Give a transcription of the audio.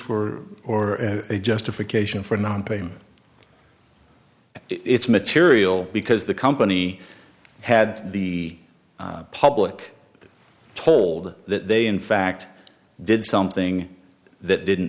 for or a justification for nonpayment it's material because the company had the public told that they in fact did something that didn't